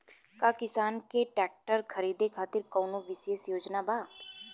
का किसान के ट्रैक्टर खरीदें खातिर कउनों विशेष योजना बा?